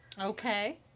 Okay